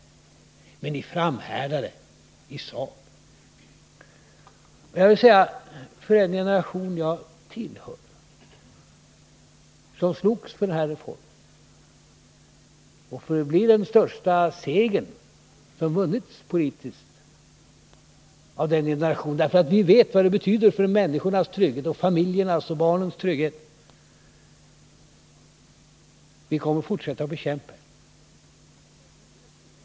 Men ni framhärdade i sak. Den generation jag tillhör, som slogs för ATP-reformen, som blev den största politiska seger som vunnits av den generationen, vet vad ATP betyder för människornas trygghet, för familjernas och barnens trygghet. Vi kommer att fortsätta att bekämpa er.